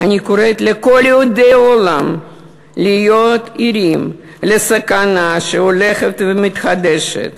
אני קוראת לכל יהודי העולם להיות ערים לסכנה שהולכת ומתחדשת.